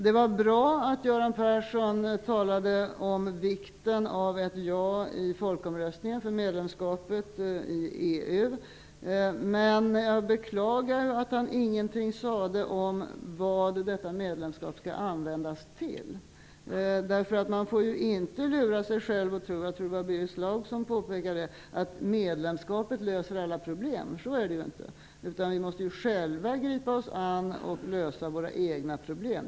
Det var bra att Göran Persson talade om vikten av ett ja i folkomröstningen om medlemskapet i EU, men jag beklagar att han ingenting sade om vad detta medlemskap skall användas till. Man får inte - som Birger Schlaug, tror jag det var, påpekade - lura sig själv att tro att medlemskapet löser alla problem. Så är det ju inte, utan vi måste själva gripa oss an med att lösa våra egna problem.